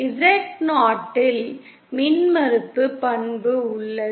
Zo இல் மின்மறுப்பு பண்பு உள்ளது